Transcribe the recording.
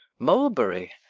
mulberry,